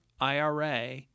IRA